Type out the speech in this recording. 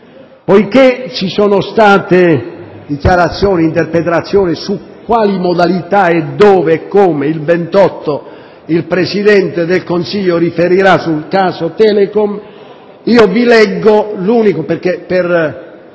Poiché ci sono state dichiarazioni e interpretazioni su quali modalità, dove e come il 28 settembre il Presidente del Consiglio riferirà sul caso Telecom, io vi comunico - perché per